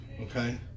okay